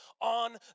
on